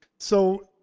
so,